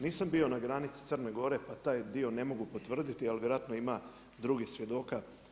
Nisam bio na granici Crne Gore, pa taj dio ne mogu potvrditi, ali vjerojatno ima drugih svjedoka.